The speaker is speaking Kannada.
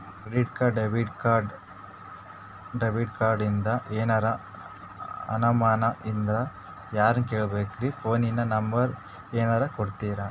ಕ್ರೆಡಿಟ್ ಕಾರ್ಡ, ಡೆಬಿಟ ಕಾರ್ಡಿಂದ ಏನರ ಅನಮಾನ ಇದ್ರ ಯಾರನ್ ಕೇಳಬೇಕ್ರೀ, ಫೋನಿನ ನಂಬರ ಏನರ ಕೊಡ್ತೀರಿ?